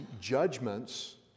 judgments